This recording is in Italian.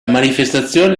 manifestazione